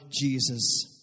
Jesus